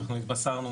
אנחנו התבשרנו,